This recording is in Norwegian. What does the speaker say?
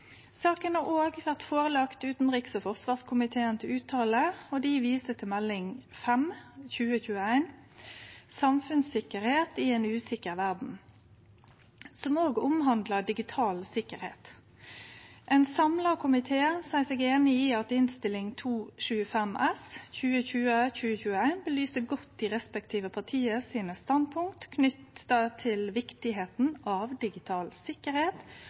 Saka har også vore lagd fram for utanriks- og forsvarskomiteen til fråsegn, og dei viser til Meld. St. 5 for 2020–2021, Samfunnssikkerhet i en usikker verden, som også handlar om digital sikkerheit. Ein samla komité seier seg einig i at Innst. 275 S for 2020–2021 belyser godt standpunkta til dei respektive partia knytte til viktigheita av digital sikkerheit,